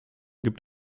gibt